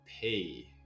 pay